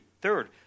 third